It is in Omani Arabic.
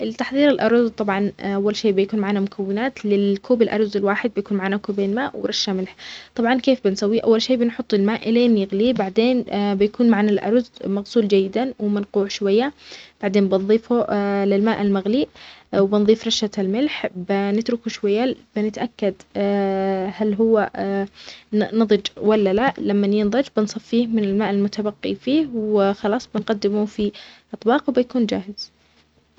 لتحضير الأرز، اغسله زين بالماء لين يصير صافي، بعدها انقعه عشرين دقيقة. سخن ماء أو مرقة بقدر، وضيف ملح وزيت أو زبدة. لما يغلي، حط الأرز وخفف النار. غطي القدر وخله يطبخ من خمستاش لعشرين دقيقة لين ينشف الماء. بعدها، اتركه يرتاح خمس دقائق وقدمه ساخن.